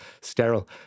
sterile